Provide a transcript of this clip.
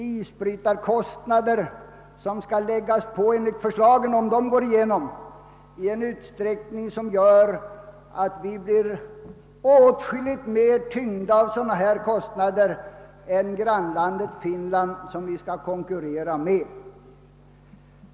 Isbrytarkostnader skall, om förslaget går igenom, höjas i en utsträckning som gör att vi blir åtskilligt mer tyngda därvidlag än grannlandet Finland, som vi skall konkurrera med.